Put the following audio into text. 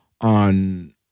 on